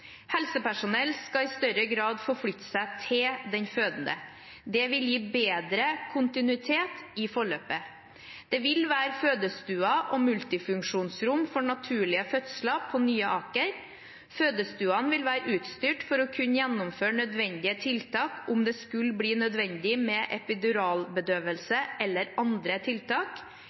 Helsepersonell skal i større grad forflytte seg til den fødende. Det vil gi bedre kontinuitet i forløpet. Det vil være fødestuer og multifunksjonsrom for naturlige fødsler på Nye Aker. Fødestuene vil være utstyrt for å kunne gjennomføre nødvendige tiltak om det skulle bli nødvendig med epiduralbedøvelse eller andre tiltak.